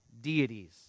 deities